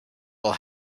will